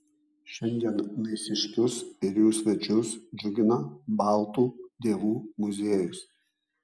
šiandien naisiškius ir jų svečius džiugina baltų dievų muziejus